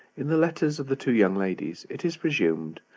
in the letters of the two young ladies, it is presumed,